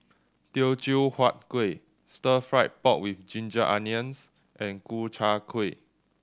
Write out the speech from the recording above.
Teochew Huat Kuih Stir Fried Pork With Ginger Onions and Ku Chai Kuih